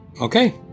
Okay